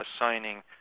assigning